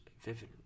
vivid